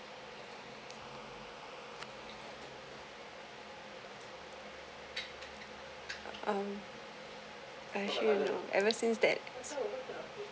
um I actually not ever since that